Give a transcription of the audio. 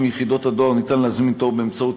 ב-150 יחידות דואר אפשר להזמין תור באמצעות